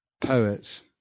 poets